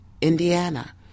Indiana